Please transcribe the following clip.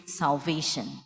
salvation